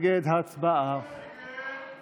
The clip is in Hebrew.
של חברי הכנסת שלמה קרעי, אורית מלכה